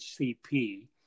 HCP